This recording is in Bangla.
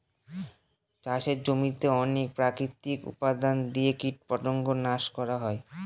চাষের জমিতে অনেক প্রাকৃতিক উপাদান দিয়ে কীটপতঙ্গ নাশ করা হয়